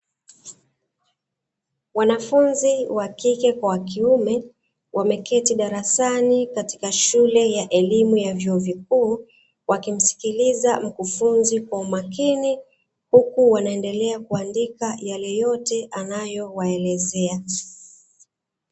Wanafunzi wa kike kwa kiume wameketi darasani katika shule ya elimu ya vyuo vikuu wakimsikiliza mkufunzi kwa umakini, huku wanaendelea kuandika yale yote anayowaelezea.